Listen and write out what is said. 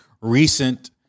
recent